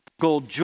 gold